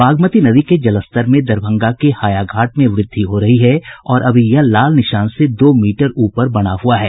बागमती नदी के जलस्तर में दरभंगा के हायाघाट में वृद्धि हो रही है और अभी यह लाल निशान से दो मीटर ऊपर बना हुआ है